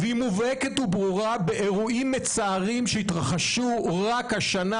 והיא מובהקת וברורה באירועים מצערים שהתרחשו רק השנה,